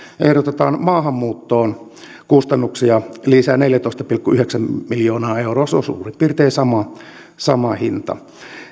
ehdotetaan maahanmuuttoon kustannuksia lisää neljätoista pilkku yhdeksän miljoonaa euroa se on suurin piirtein sama sama hinta